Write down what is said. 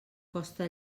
costa